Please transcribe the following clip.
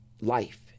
life